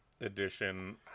edition